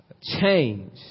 change